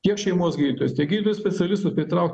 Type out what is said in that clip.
tiek šeimos gydytojus tiek gydytojus specialistus pritraukti